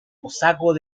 cosacos